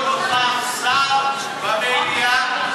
לא נוכח שר במליאה,